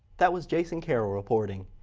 that was jason carroll reporting.